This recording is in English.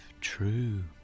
true